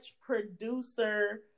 producer